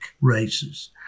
races